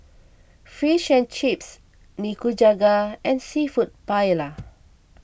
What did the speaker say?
Fish and Chips Nikujaga and Seafood Paella